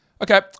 Okay